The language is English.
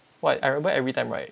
like I remember every time right